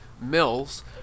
Mills